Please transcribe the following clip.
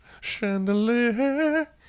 Chandelier